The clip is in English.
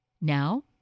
Now